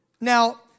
Now